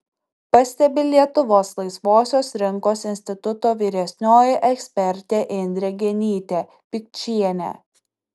pastebi lietuvos laisvosios rinkos instituto vyresnioji ekspertė indrė genytė pikčienė